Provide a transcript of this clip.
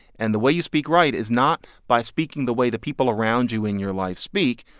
and the way you speak right is not by speaking the way that people around you in your life speak,